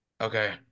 Okay